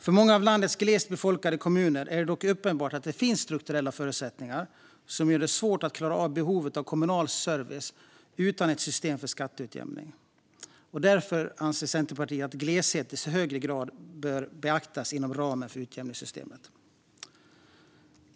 För många av landets glest befolkade kommuner är det dock uppenbart att det finns strukturella förutsättningar som gör det svårt att klara behovet av kommunal service utan ett system för skatteutjämning. Därför anser Centerpartiet att gleshet i högre grad bör beaktas inom ramen för utjämningssystemet.